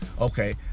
okay